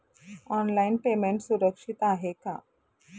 Online payment सुरक्षित आहे का?